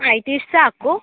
ಆಯ್ತು ಇಷ್ಟು ಸಾಕು